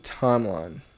timeline